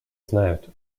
знают